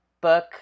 book